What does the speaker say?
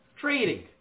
Trading